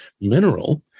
mineral